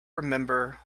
remember